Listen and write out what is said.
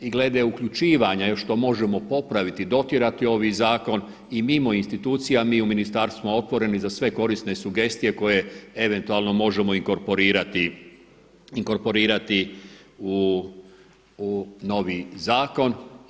I glede uključivanja jer što možemo popraviti i dotjerati ovaj zakon i mimo institucija mi u ministarstvu smo otvoreni za sve korisne sugestije koje eventualno možemo inkorporirati u novi zakon.